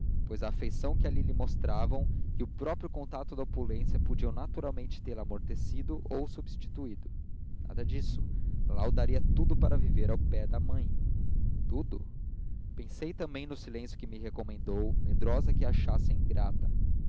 pois a afeição que ali lhe mostravam e o próprio contacto da opulência podiam naturalmente tê-la amortecido ou substituído nada disso lalau daria tudo para viver ao pé da mãe tudo pensei também no silêncio que me recomendou medrosa de que a achassem ingrata